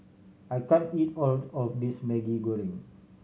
I can't eat all of this Maggi Goreng